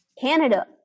Canada